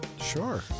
Sure